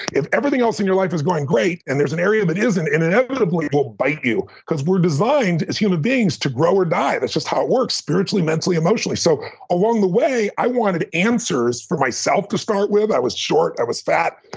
if everything else in your life is going great, and there's an area that isn't, it inevitably will bite you because we're designed, as human beings, to grow or die. that's just how it works, spiritually, mentally, emotionally. so along the way, i wanted answers for myself, to start with. i was short. i was fat.